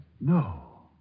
No